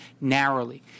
narrowly